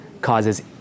causes